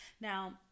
Now